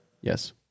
Yes